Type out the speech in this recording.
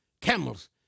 camels